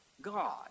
God